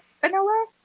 vanilla